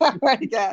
right